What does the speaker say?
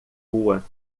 rua